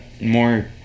more